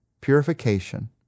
purification